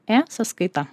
e sąskaita